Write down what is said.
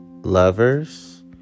lovers